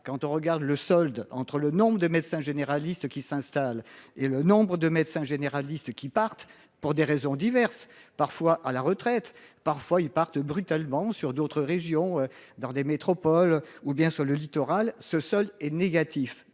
quand on regarde le solde entre le nombre de médecins généralistes qui s'installe et le nombre de médecins généralistes qui partent pour des raisons diverses, parfois à la retraite. Parfois ils partent brutalement sur d'autres régions dans des métropoles ou bien sur le littoral ce seul est négatif.